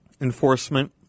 enforcement